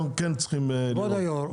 כבוד היו"ר,